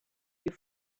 you